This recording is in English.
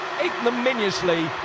ignominiously